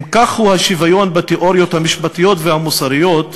אם כזה הוא השוויון בתיאוריות המשפטיות והמוסריות,